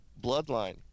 bloodline